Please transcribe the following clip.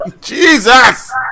Jesus